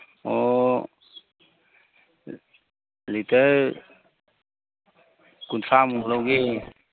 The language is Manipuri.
ꯑꯣ ꯂꯤꯇꯔ ꯀꯨꯟꯊ꯭ꯔꯥꯃꯨꯛ ꯂꯧꯒꯦ